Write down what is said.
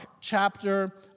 chapter